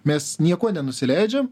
mes niekuo nenusileidžiam